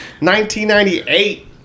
1998